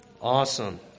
Awesome